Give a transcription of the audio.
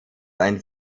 ein